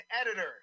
editor